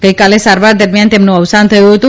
ગઇકાલે સારવાર દરમિયાન તેમનું અવસાન થયું હતું